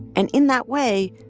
and in that way,